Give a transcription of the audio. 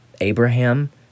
Abraham